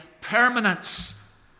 permanence